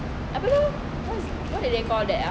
apa tu what is what did they call that ah